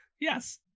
Yes